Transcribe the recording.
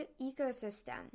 ecosystem